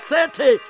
City